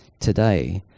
today